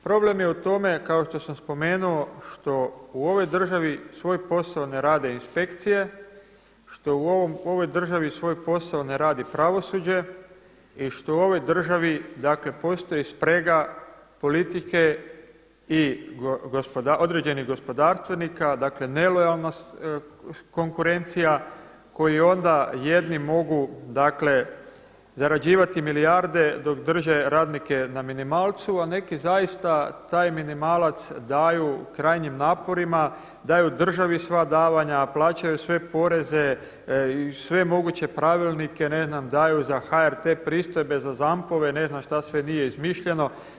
Problem je u tome, kao što sam spomenuo što u ovoj državi svoj posao ne rade inspekcije, što u ovoj državi svoj posao ne radi pravosuđe i što u ovoj državi dakle postoji sprega politike i određenih gospodarstvenika, dakle nelojalna konkurencija koju onda jedni mogu dakle zarađivati milijarde dok drže radnike na minimalcu a neki zaista taj minimalac daju krajnjim naporima, daju državi sva davanja a plaćaju sve poreze i sve moguće pravilnike, ne znam daju za HRT pristojbe, za ZAMP-ove, ne znam šta sve nije izmišljeno.